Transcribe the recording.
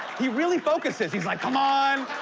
he really focuses. he's like, come on,